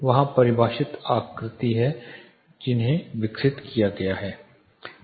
वहाँ परिभाषित आकृति हैं जिन्हें विकसित किया गया है